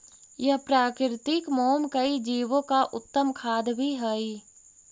यह प्राकृतिक मोम कई जीवो का उत्तम खाद्य भी हई